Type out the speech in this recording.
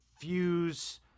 fuse